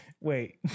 wait